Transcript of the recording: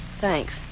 Thanks